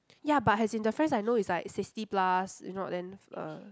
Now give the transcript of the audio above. ya but as in the friends I know is like sixty plus if not then uh